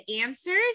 answers